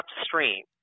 upstream